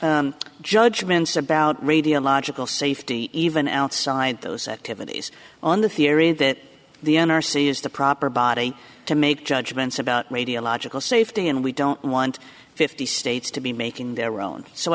to judgments about radiological safety even outside those activities on the theory that the n r c is the proper body to make judgments about radiological safety and we don't want fifty states to be making their own so